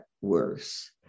worse